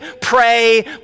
pray